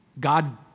God